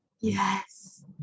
Yes